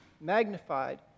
magnified